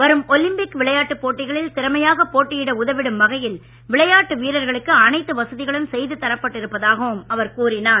வரும் ஒலிம்பிக் விளையாட்டுப் போட்டிகளில் திறமையாகப் போட்டியிட உதவிடும் வகையில் விளையாட்டு வீரர்களுக்கு அனைத்து வசதிகளும் செய்து தரப்பட்டு இருப்பதாகவும் அவர் கூறினார்